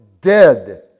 dead